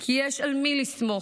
כי יש על מי לסמוך,